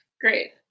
Great